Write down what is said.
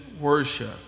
worship